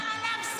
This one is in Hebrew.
מה קרה לאמסלם?